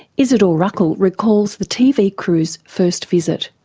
izidor ruckel recalls the tv crew's first visit.